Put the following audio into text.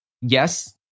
yes